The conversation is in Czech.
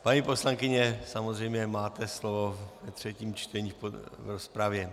Paní poslankyně, samozřejmě máte slovo ve třetím čtení v rozpravě.